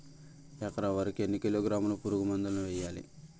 ఎకర వరి కి ఎన్ని కిలోగ్రాముల పురుగు మందులను వేయాలి?